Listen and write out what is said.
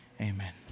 Amen